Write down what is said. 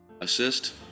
Assist